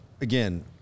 Again